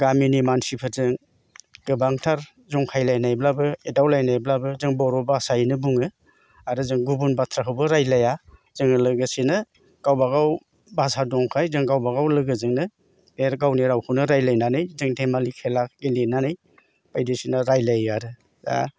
गामिनि मानसिफोरजों गोबांथार जंखायलायनायब्लाबो एदावलायनायब्लाबो जों बर' भाषायैनो बुङो आरो जों गुबुन बाथ्राखौबो रायलाया जोङो लोगोसेनो गावबा गाव भाषा दंखाय जों गावबा गाव लोगोजोंनो बेर गावनि रावखौनो रायलायनानै जों देमालि खेला गेलेनानै बायदिसिना रायलायो आरो दा